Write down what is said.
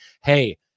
hey